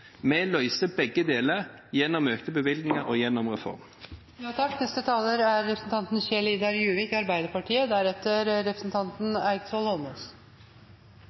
Vi løser begge deler gjennom økte bevilgninger og gjennom